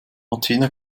martina